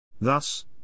Thus